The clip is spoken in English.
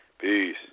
Peace